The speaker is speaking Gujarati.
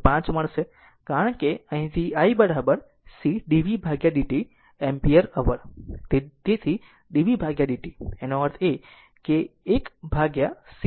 5 મળશે કારણ કે અહીંથી i c dvdt ah તેથી dvdt એનો અર્થ એ કે 1cidt હશે